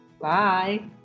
bye